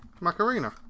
Macarena